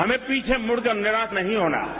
हमें पीछे मुड़कर निराश नहीं होना है